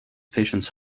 patients